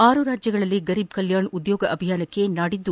ಆರು ರಾಜ್ಯಗಳಲ್ಲಿ ಗರೀಬ್ ಕಲ್ಲಾಣ ಉದ್ಲೋಗ ಅಭಿಯಾನಕ್ಕೆ ನಾಡಿದ್ದು